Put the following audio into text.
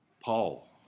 Paul